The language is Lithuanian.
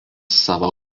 savo